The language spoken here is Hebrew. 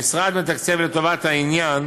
המשרד מתקצב לטובת העניין